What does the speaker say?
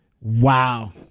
Wow